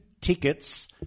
tickets